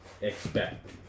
expect